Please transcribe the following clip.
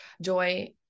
joy